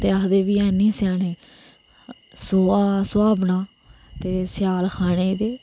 ते आक्खदे बी हे नी स्याने कि सोहा सुहाबना ते स्याल खाने गी ते